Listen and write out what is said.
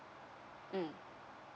mm